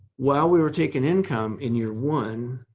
while we were taking income in year one,